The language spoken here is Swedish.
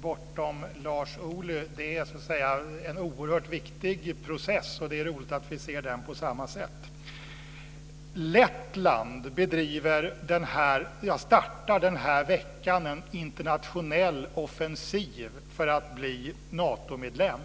bortom vad Lars Ohly säger är en oerhört viktig process. Det är roligt att vi ser den på samma sätt. Lettland startar denna vecka en internationell offensiv för att bli Natomedlem.